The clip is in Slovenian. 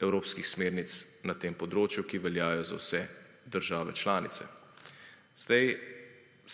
evropskih smernic na tem področju, ki veljajo za vse države članice. Sedaj